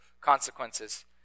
consequences